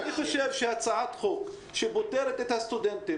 אני חושב שהצעת חוק שפוטרת את הסטודנטים